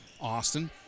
Austin